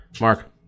Mark